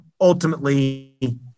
ultimately